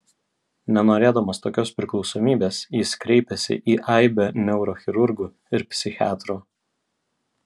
nenorėdamas tokios priklausomybės jis kreipėsi į aibę neurochirurgų ir psichiatrų